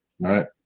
right